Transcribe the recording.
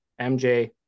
MJ